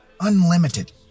Unlimited